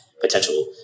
potential